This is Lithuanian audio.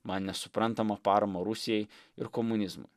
man nesuprantamą paramą rusijai ir komunizmui